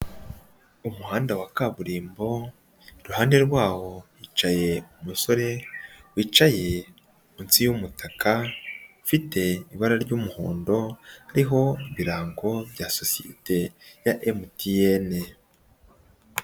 uUmuhanda wa kaburimbo, iruhande rwawo hicaye umusore, wicaye munsi y'umutaka, ufite ibara ry'umuhondo, hariho ibirango bya sosiyete ya MTN.